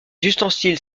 ustensiles